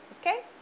Okay